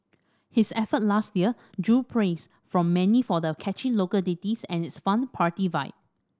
his effort last year drew praise from many for the catchy local ditties and its fun party vibe